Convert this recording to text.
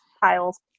piles